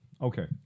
Okay